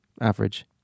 average